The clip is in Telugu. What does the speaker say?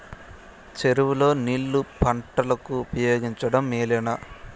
చెరువు లో నీళ్లు పంటలకు ఉపయోగించడం మేలేనా?